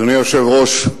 אדוני היושב-ראש,